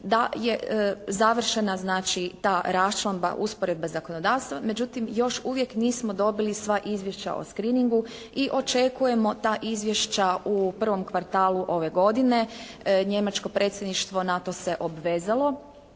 da je završena znači i ta raščlamba, usporedba zakonodavstva. Međutim, još uvijek nismo dobili sva izvješća o screeningu i očekujemo ta izvješća u prvo kvartalu ove godine. Njemačko predsjedništvo na to se obvezalo.